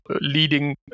leading